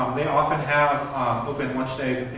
they often have open lunch days